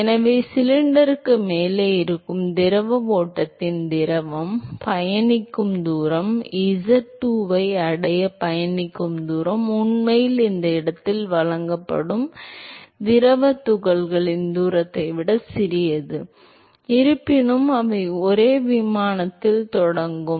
எனவே சிலிண்டருக்கு மேலே இருக்கும் திரவ ஓட்டத்தில் திரவம் பயணிக்கும் தூரம் z2 ஐ அடைய பயணிக்கும் தூரம் உண்மையில் இந்த இடத்தில் வழங்கப்படும் திரவ துகள்களின் தூரத்தை விட சிறியது இருப்பினும் அவை ஒரே விமானத்தில் தொடங்கும்